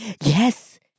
Yes